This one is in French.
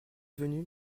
venu